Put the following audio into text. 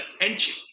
attention